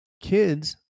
kids